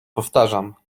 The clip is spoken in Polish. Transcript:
powtarzam